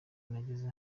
nageze